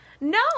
no